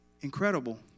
Incredible